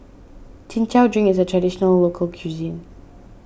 Chin Chow Drink is a Traditional Local Cuisine